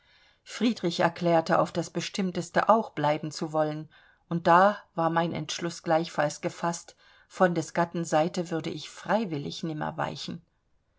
friedrich erklärte auf das bestimmteste auch bleiben zu wollen und da war mein entschluß gleichfalls gefaßt von des gatten seite würde ich freiwillig nimmer weichen